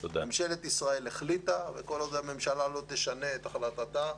ממשלת ישראל החליטה וכל עוד הממשלה לא תשנה את החלטתה,